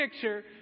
picture